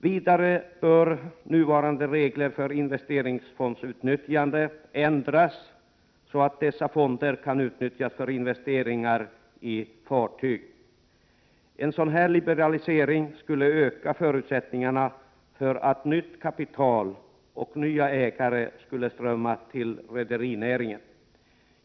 Vidare bör nuvarande regler för investeringsfondsutnyttjande ändras så att dessa fonder kan utnyttjas för investeringar i fartyg. En sådan liberalisering skulle öka förutsättningarna för att nytt kapital och nya ägare skulle strömma till rederinäringen.